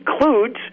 includes